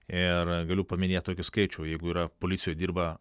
ir galiu paminėt tokį skaičių jeigu yra policijoj dirba